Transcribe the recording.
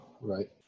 right